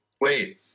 Wait